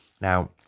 Now